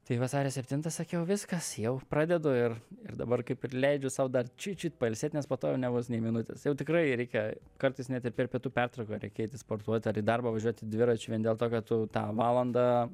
tai vasario septintą sakiau viskas jau pradedu ir ir dabar kaip ir leidžiu sau dar čiut čiut pailsėt nes po to jau nebus nė minutės jau tikrai reikia kartais net ir per pietų pertrauką reikia eiti sportuot ar į darbą važiuoti dviračiu vien dėl to kad tu tą valandą